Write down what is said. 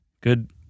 Good